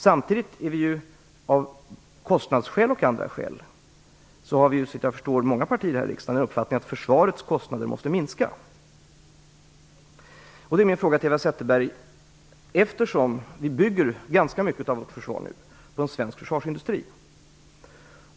Samtidigt har, såvitt jag vet, många partier här i riksdagen uppfattningen att försvarets kostnader måste minska, av kostnadsskäl och andra skäl. Vi bygger ganska mycket av vårt försvar på svensk försvarsindustri.